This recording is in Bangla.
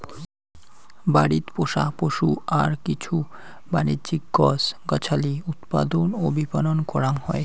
বাড়িত পোষা পশু আর কিছু বাণিজ্যিক গছ গছালি উৎপাদন ও বিপণন করাং হই